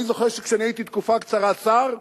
אני זוכר שכשאני הייתי תקופה קצרה שר,